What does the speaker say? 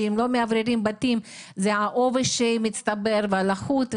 שאם לא מאווררים בתים מצטבר עובש ולחות.